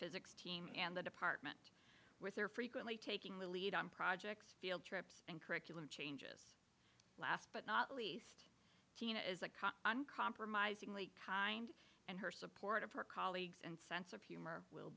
physics team and the department with her frequently taking the lead on projects field trips and curriculum changes last but not least tina is a cop uncompromisingly kind and her support of her colleagues and sense of humor will